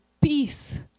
peace